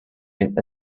been